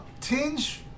tinge